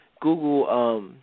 Google –